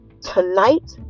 tonight